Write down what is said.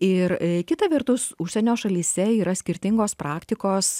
ir kita vertus užsienio šalyse yra skirtingos praktikos